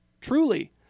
truly